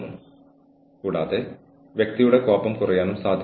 ഒന്ന് നിങ്ങളുടെ സ്ഥാപനത്തിൽ ക്ലോസ്ഡ് സർക്യൂട്ട് ക്യാമറകൾ ഇൻസ്റ്റാൾ ചെയ്യുക എന്നതാണ്